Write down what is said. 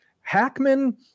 Hackman